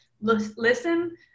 listen